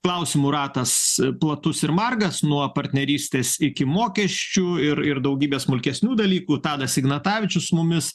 klausimų ratas platus ir margas nuo partnerystės iki mokesčių ir ir daugybė smulkesnių dalykų tadas ignatavičius su mumis